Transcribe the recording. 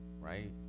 Right